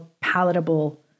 palatable